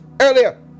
earlier